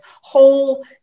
whole